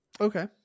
okay